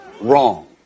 wrong